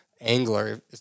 angler